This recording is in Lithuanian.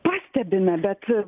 pastebime bet